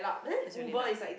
it's really luck